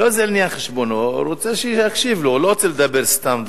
הוא רוצה שיקשיב לו, לא רוצה לדבר סתם דברים.